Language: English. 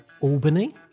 Albany